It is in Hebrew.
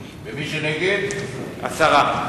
נגד, הסרה.